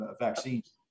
vaccines